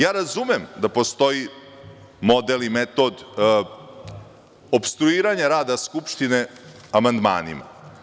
Ja razumem da postoji model i metod opstruiranja rada Skupštine amandmanima.